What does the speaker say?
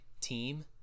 team